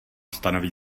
stanoví